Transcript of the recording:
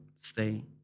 stay